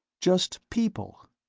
just people.